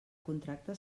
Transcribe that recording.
contracte